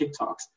TikToks